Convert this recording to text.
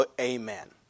amen